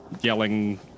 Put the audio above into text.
yelling